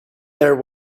there